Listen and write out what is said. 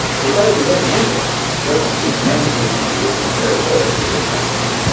because you have the interest doesn't magically make you, therefore, a good economist.